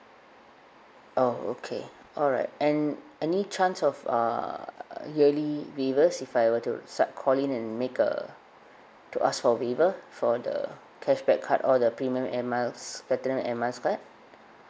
oh okay alright and any chance of uh yearly waivers if I were to start calling and make uh to ask for waiver for the cashback card or the premium air miles platinum air miles card